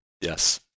Yes